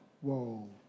Whoa